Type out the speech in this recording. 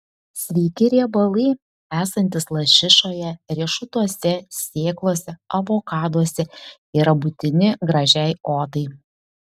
sveiki riebalai esantys lašišoje riešutuose sėklose avokaduose yra būtini gražiai odai